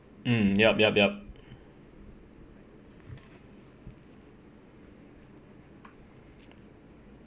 mm yup yup yup